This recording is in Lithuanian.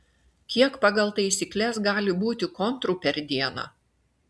kiek pagal taisykles gali būti kontrų per dieną